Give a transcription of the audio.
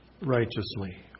righteously